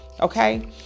okay